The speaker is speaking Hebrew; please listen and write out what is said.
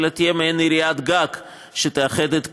אלא תהיה מעין עיריית-גג שתאחד את כולן,